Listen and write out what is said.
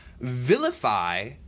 vilify